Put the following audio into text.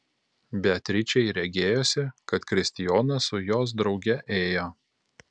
beatričei regėjosi kad kristijonas su jos drauge ėjo